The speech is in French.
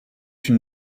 une